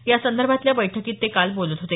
यासंदर्भातल्या बैठकीत ते काल बोलत होते